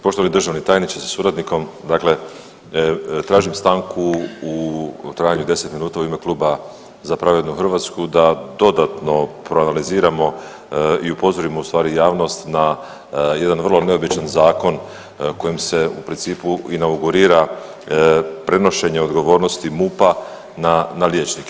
Poštovani državni tajniče sa suradnikom, dakle tražim stanku u trajanju od deset minuta u ime kluba Za pravednu Hrvatsku da dodatno proanaliziramo i upozorimo u stvari javnost na jedan vrlo neobičan zakon kojim se u principu inaugurira prenošenje odgovornosti MUP-a na liječnike.